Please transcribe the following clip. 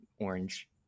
orange